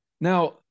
Now